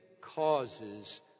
causes